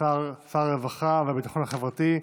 שר הרווחה והביטחון החברתי,